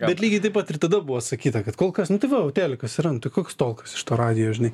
bet lygiai taip pat ir tada buvo sakyta kad kol kas nu tai va telikas yra nu tai koks tolkas iš to radijo žinai